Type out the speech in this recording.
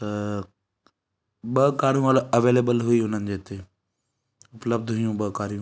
त ॿ कारूं अल अवेलेबल हुई उन्हनि जे हिते उपलब्ध हुयूं ॿ कारियूं